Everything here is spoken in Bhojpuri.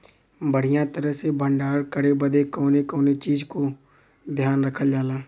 बढ़ियां तरह से भण्डारण करे बदे कवने कवने चीज़ को ध्यान रखल जा?